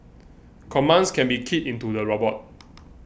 commands can be keyed into the robot